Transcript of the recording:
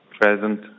present